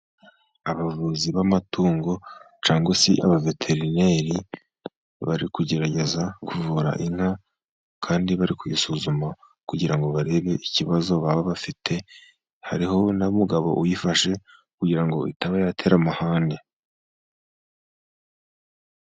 Abavuzi b'amatungo cyangwa se abaveterineri bari kugerageza kuvura inka ,kandi bari kuyisuzuma kugira ngo barebe ikibazo baba bafite ,hariho n'umugabo uyifashe kugira ngo itaba yatera amahane.